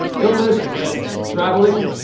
illness and traveling,